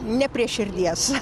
ne prie širdies